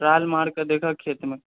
कोदाल मार कऽ देखहऽ खेत मे